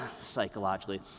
psychologically